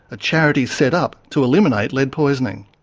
a charity set up to eliminate lead poisoning.